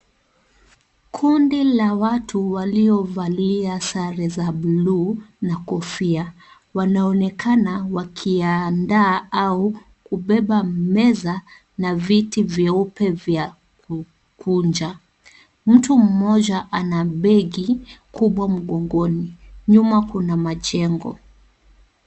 Kundi la watu waliovalia sare za buluu na kofia. Wanaonekana wakiyaandaa au kubeba meza na viti vyeupe vya kukuja. Mtu mmoja ana begi kubwa mgongoni. Nyuma kuna majengo.